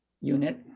unit